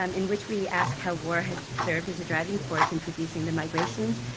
um in which we ask how war has served as a driving force in producing the migrations,